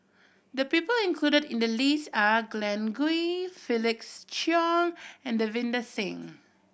the people included in the list are Glen Goei Felix Cheong and Davinder Singh